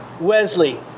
Wesley